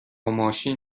ماشین